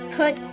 put